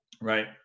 right